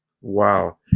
wow